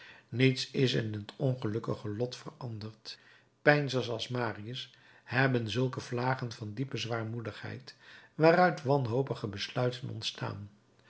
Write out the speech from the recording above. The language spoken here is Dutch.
niets is in het ongelukkige lot veranderd peinzers als marius hebben zulke vlagen van diepe zwaarmoedigheid waaruit wanhopige besluiten ontstaan